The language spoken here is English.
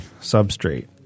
substrate